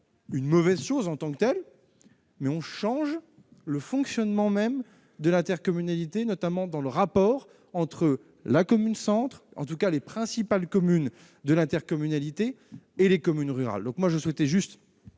une mauvaise chose, mais on change le fonctionnement même de l'intercommunalité, notamment dans le rapport entre la commune-centre, en tout cas les principales communes de l'intercommunalité, et les communes rurales.